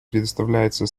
предоставляется